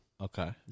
Okay